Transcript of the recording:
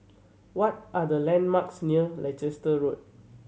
what are the landmarks near Leicester Road